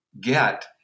get